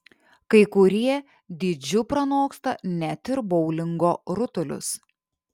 kai kurie dydžiu pranoksta net ir boulingo rutulius